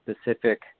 specific